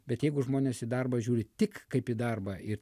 bet jeigu žmonės į darbą žiūri tik kaip į darbą ir